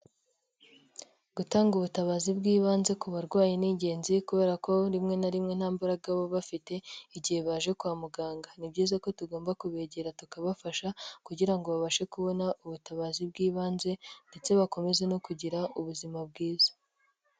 Gutanga ubutabazi bw'ibanze ku barwayi ni ingenzi kubera ko rimwe na rimwe nta mbaraga baba bafite igihe baje kwa muganga, ni byiza ko tugomba kubegera tukabafasha kugira ngo babashe kubona ubutabazi bw'ibanze ndetse bakomeze no kugira ubuzima bwiza.